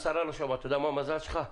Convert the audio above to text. השרה לא שומעת אתה יודע מה המזל שלך?